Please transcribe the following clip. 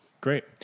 Great